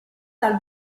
dal